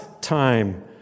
time